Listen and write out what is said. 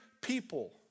people